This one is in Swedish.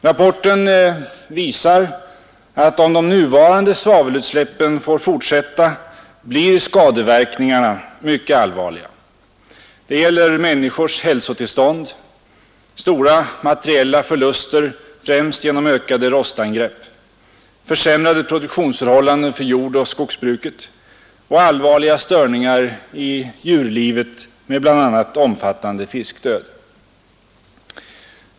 Rapporten visar att om de nuvarande svavelutsläppen får fortsätta, blir skadeverkningarna mycket allvarliga. Det gäller människors hälsotillstånd, stora materiella förluster — främst genom ökade rostangrepp -—, försämrade produktionsförhållanden för jordoch skogsbruket och allvarliga störningar i djurlivet med bl.a. omfattande fiskdöd.